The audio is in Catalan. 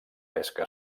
pesca